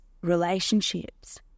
relationships